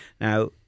Now